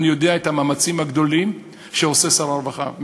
אני יודע על המאמצים הגדולים שעושה שר הרווחה,